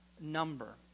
number